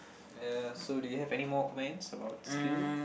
ya so do you have anymore comments about school